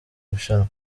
rushanwa